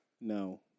No